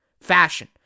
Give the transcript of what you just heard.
fashion